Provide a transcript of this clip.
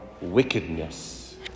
wickedness